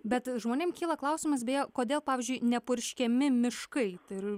bet žmonėm kyla klausimas beje kodėl pavyzdžiui nepurškiami miškai ir